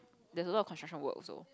there is a lot of construction work also